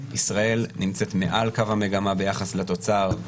ישראל נמצאת מעל קו המגמה ביחס לתוצר,